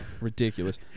Ridiculous